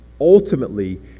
ultimately